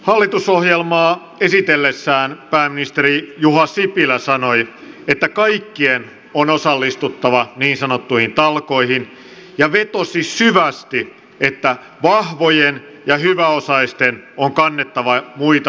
hallitusohjelmaa esitellessään pääministeri juha sipilä sanoi että kaikkien on osallistuttava niin sanottuihin talkoihin ja vetosi syvästi että vahvojen ja hyväosaisten on kannettava muita suurempi vastuu